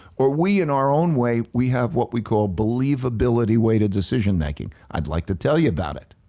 or we in our own way, we have what we call believability way to decision making. i'd like to tell you about it,